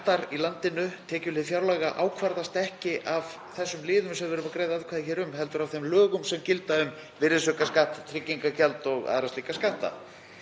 þannig að skattar í landinu, tekjuhlið fjárlaga, ákvarðast ekki af þeim liðum sem við erum að greiða atkvæði um hér heldur af þeim lögum sem gilda um virðisaukaskatt, tryggingagjald og aðra slíka skatta.